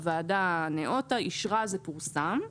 הוועדה נאותה, אישרה וזה פורסם.